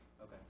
Okay